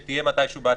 שתהיה מתישהו בעתיד.